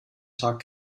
tag